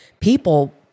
people